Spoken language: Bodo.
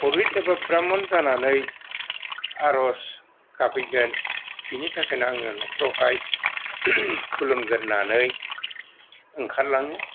परहित एबा ब्राह्मन जानानै आर'ज गाबहैगोन बिनि थाखायनो आङो न'खरावहाय खुलुमगोरनानै ओंखारलाङो